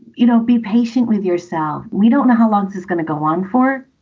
you know, be patient with yourself. we don't know how long it is going to go on for.